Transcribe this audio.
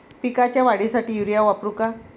पिकाच्या वाढीसाठी युरिया वापरू का?